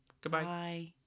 Goodbye